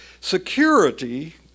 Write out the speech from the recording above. Security